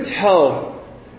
tell